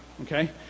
Okay